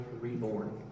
reborn